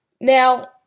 Now